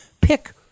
pick